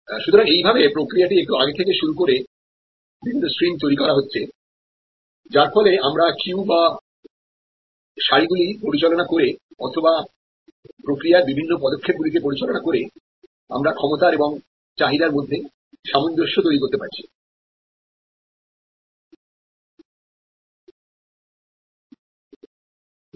সুতরাং এইভাবে প্রক্রিয়াটি একটু আগে থেকে শুরু করে বিভিন্ন স্ট্রিম তৈরি করা হচ্ছেযার ফলে আমরা কিউ গুলি পরিচালনা করে অথবা প্রক্রিয়ার বিভিন্ন পদক্ষেপ গুলি কে পরিচালনা করে আমরা ক্ষমতা এবং চাহিদার মধ্যে সামঞ্জস্য তৈরি করতে পারছি